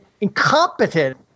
incompetent